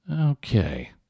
Okay